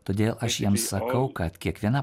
todėl aš jiems sakau kad kiekviena